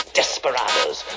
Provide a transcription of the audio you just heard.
desperados